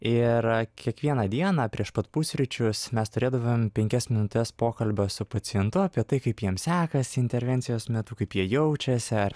ir kiekvieną dieną prieš pat pusryčius mes turėdavom penkias minutes pokalbio su pacientu apie tai kaip jiems sekasi intervencijos metu kaip jie jaučiasi ar